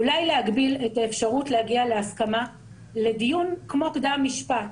אולי להגביל את האפשרות להגיע להסכמה לדיון כמו קדם משפט.